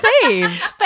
saved